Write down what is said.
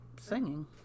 singing